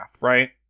right